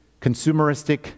consumeristic